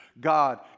God